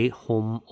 home